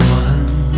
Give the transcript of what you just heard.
one